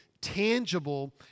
tangible